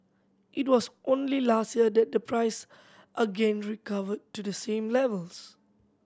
it was only last year that the price again recovered to the same levels